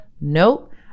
nope